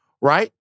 right